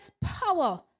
power